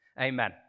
Amen